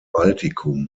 baltikum